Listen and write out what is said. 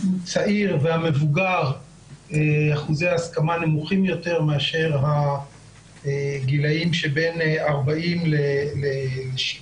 הצעיר והמבוגר אחוזי ההסכמה נמוכים יותר מאשר הגילים שבין 40 ל-70.